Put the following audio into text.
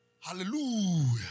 Hallelujah